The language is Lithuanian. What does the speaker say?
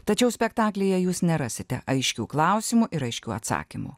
tačiau spektaklyje jūs nerasite aiškių klausimų ir aiškių atsakymų